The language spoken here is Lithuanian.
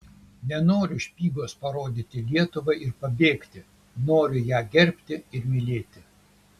nenoriu špygos parodyti lietuvai ir pabėgti noriu ją gerbti ir mylėti